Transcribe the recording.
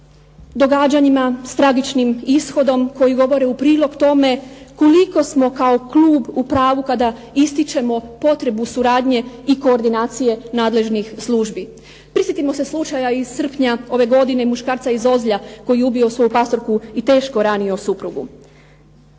događanjima s tragičnim ishodom koji govore u prilog tome koliko smo kao Klub u pravu kada ističemo potrebu suradnje i koordinacije nadležnih službi. Sjetimo se slučaja iz srpnja ove godine i muškarca iz Ozlja koji je ubio svoju pastorku i teško ranio suprugu.